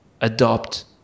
adopt